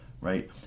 Right